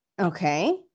Okay